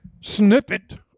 snippet